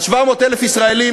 אז 700,000 ישראלים